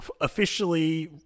officially